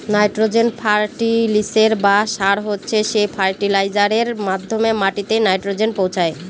nitrogen ফার্টিলিসের বা সার হচ্ছে সে ফার্টিলাইজারের মাধ্যমে মাটিতে নাইট্রোজেন পৌঁছায়